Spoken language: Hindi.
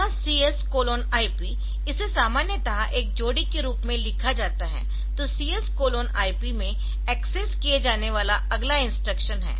यह CS IP इसे सामान्यतः एक जोड़ी के रूप में लिखा जाता है तो CS IP में एक्सेस किया जाने वाला अगला इंस्ट्रक्शन है